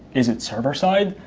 is it server side?